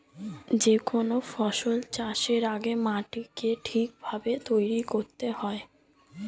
যে কোনো ফসল চাষের আগে মাটিকে ঠিক ভাবে তৈরি করতে হয়